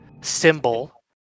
symbol